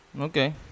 Okay